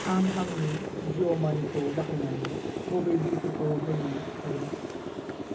आं आंनि जिअ' मानि खौ बाहायनानै बबे बिलफोरखौ होनो हागोन